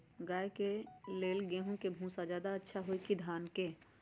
गाय के ले गेंहू के भूसा ज्यादा अच्छा होई की धान के?